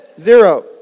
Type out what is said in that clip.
Zero